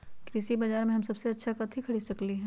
कृषि बाजर में हम सबसे अच्छा कथि खरीद सकींले?